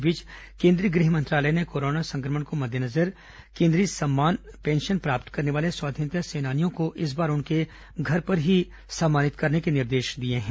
इस बीच केंद्रीय गृह मंत्रालय ने कोरोना संक्रमण को मद्देनजर केन्द्रीय सम्मान पेंशन प्राप्त करने वाले स्वाधीनता सेनानियों को इस बार उनके घर पर ही सम्मानित करने के निर्देश दिए हैं